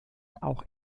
auch